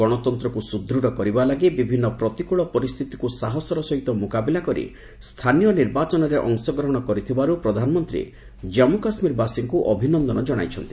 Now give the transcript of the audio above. ଗଣତନ୍ତ୍ରକୁ ସୁଦୂଢ କରିବା ଲାଗି ବିଭିନ୍ନ ପ୍ରତିକୂଳ ପରିସ୍ଥିତିକୁ ସାହସର ସହିତ ମୁକାବିଲା କରି ସ୍ଥାନୀୟ ନିର୍ବାଚନରେ ଅଶଗ୍ରହଣ କରିଥିବାରୁ ପ୍ରଧାନମନ୍ତ୍ରୀ ଜାନ୍ଧୁ କାଶ୍ମୀର ବାସୀଙ୍କୁ ଅଭିନନ୍ଦନ ଜଣାଇଛନ୍ତି